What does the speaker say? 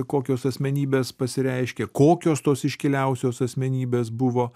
kokios asmenybės pasireiškia kokios tos iškiliausios asmenybės buvo